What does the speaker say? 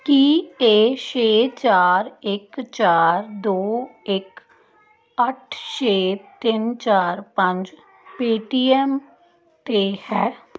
ਕੀ ਇਹ ਛੇ ਚਾਰ ਇੱਕ ਚਾਰ ਦੋ ਇੱਕ ਅੱਠ ਛੇ ਤਿੰਨ ਚਾਰ ਪੰਜ ਪੇਟੀਐੱਮ 'ਤੇ ਹੈ